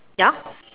ya